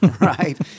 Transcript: right